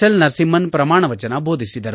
L Narasimhan ಪ್ರಮಾಣವಚನ ದೋಧಿಸಿದರು